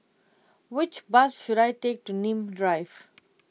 which bus should I take to Nim Drive